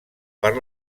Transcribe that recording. per